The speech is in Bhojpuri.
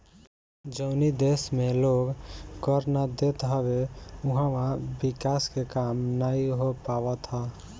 जवनी देस में लोग कर ना देत हवे उहवा विकास के काम नाइ हो पावत हअ